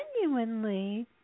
genuinely